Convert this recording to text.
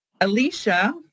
Alicia